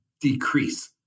decrease